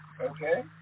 Okay